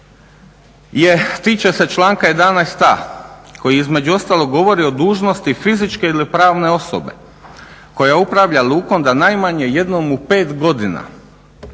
tiče se članka 11.a koji između ostalog govori o dužnosti fizičke ili pravne osobe koja upravlja lukom da najmanje jednom u pet godina